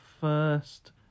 first